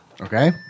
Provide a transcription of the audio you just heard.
Okay